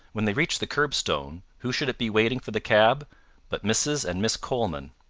when they reached the curbstone who should it be waiting for the cab but mrs. and miss coleman!